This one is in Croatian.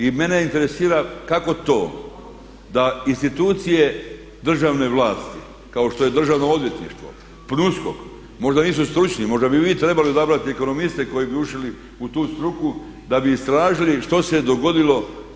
I mene interesira kako to da institucije državne vlasti kao što je Državno odvjetništvo, PNUSKOK, možda nisu stručni, možda bi vi trebalo odabrati ekonomiste koji bi ušli u tu struku da bi istražili što se je dogodilo.